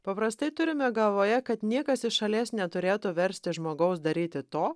paprastai turime galvoje kad niekas iš šalies neturėtų versti žmogaus daryti to